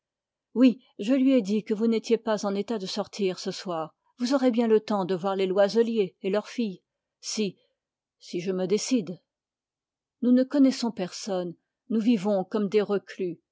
oui je lui ai dit que vous n'étiez pas en état de sortir ce soir vous aurez bien le temps de voir les loiselier et leur fille si si je me décide nous ne connaissons personne nous vivons comme des reclus